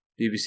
BBC